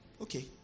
Okay